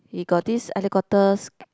he got this helicopter